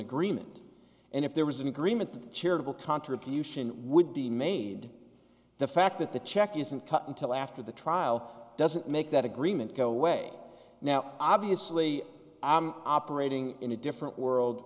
agreement and if there was an agreement that the charitable contribution would be made the fact that the check isn't cut until after the trial doesn't make that agreement go away now obviously i'm operating in a different world